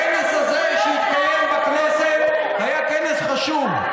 הכנס הזה שהתקיים בכנסת היה כנס חשוב,